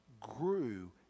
grew